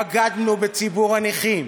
בגדנו בציבור הנכים.